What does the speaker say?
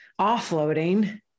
offloading